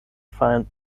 find